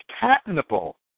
patentable